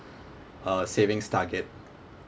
uh savings target